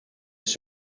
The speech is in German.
ist